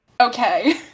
okay